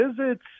visits